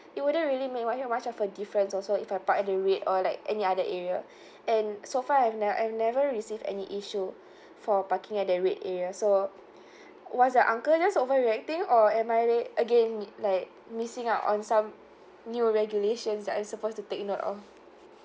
it wouldn't really make that much of difference also if I park at the red or like any other area and so far I've ne~ I've never received any issue for parking at the red area so was that uncle just overreacting or am I really again we like missing out on some new regulations that I'm supposed to take note of